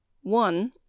one